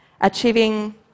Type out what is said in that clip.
Achieving